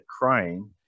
crying